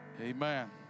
Amen